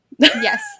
yes